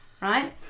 Right